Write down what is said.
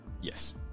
Yes